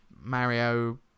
Mario